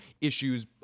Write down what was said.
issues